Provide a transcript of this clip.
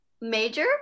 Major